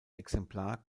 exemplar